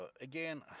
again